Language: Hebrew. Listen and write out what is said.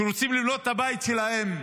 שרוצים לבנות את הבית שלהם,